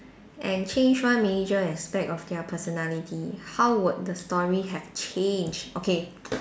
and change one major aspect of their personality how would the story have changed